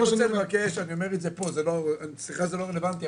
אני רואה את התוכנית לפעילות השוטפת,